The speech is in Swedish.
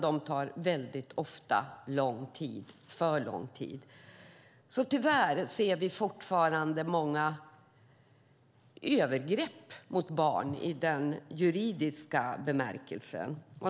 De tar väldigt ofta för lång tid. Tyvärr ser vi fortfarande många övergrepp mot barn i den juridiska bemärkelsen.